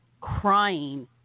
crying